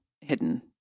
hidden